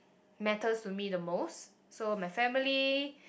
matters to me the most so my family